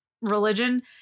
religion